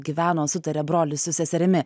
gyveno sutarė brolis su seserimi